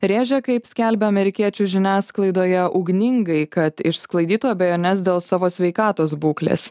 rėžia kaip skelbia amerikiečių žiniasklaidoje ugningai kad išsklaidytų abejones dėl savo sveikatos būklės